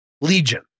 legion